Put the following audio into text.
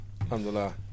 Alhamdulillah